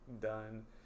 done